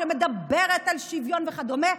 שמדברת על שוויון וכדומה,